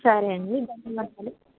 సరే అండి